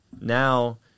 now